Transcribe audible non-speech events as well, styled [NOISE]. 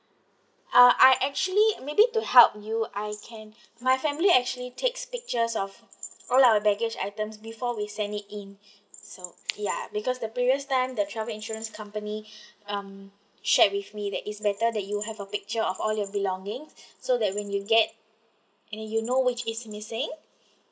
uh I actually maybe to help you I can my family actually takes pictures of all our baggage items before we send it in so ya because the previous time the travel insurance company [BREATH] um shared with me that it's better that you have a picture of all your belonging so that when you get and then you know which is missing